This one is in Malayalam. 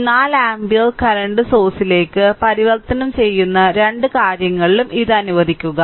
ഈ 4 ആമ്പിയർ കറന്റ് സോഴ്സിലേക്ക് പരിവർത്തനം ചെയ്യുന്ന രണ്ട് കാര്യങ്ങളിലും ഇത് അനുവദിക്കുക